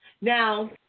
Now